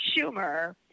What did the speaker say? Schumer